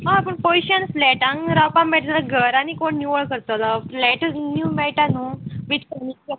हय पूण पयशेन फ्लॅटान रावपाक मेळटा जाल्यार घर आनी कोण निवळ करतलो फ्लॅट नीव मेळटा न्हू वीथ कमी